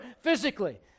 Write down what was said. physically